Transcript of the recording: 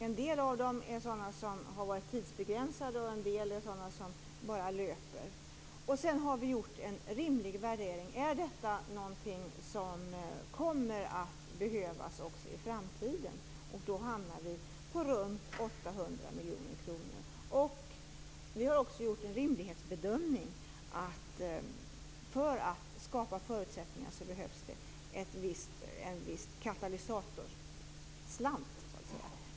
En del är sådana anslag som varit tidsbegränsade, och en del är sådana som löper. Därefter har vi gjort en rimlig värdering: Är detta någonting som kommer att behövas också i framtiden? Då hamnar vi på runt 800 miljoner kronor. Vi har också gjort en rimlighetsbedömning. För att skapa förutsättningar behövs det en viss katalysatorslant.